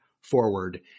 forward